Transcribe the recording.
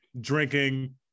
drinking